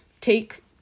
take